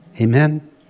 Amen